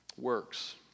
works